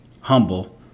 humble